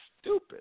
stupid